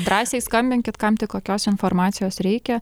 drąsiai skambinkit kam tik kokios informacijos reikia